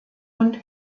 und